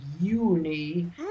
uni